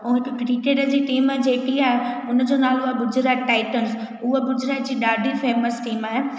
ऐं हिकु क्रिकेट जी टीम जेकी आहे उन जो नालो आहे गुजरात टाइटंस उहा गुजरात जी ॾाढी फेमस टीम आहे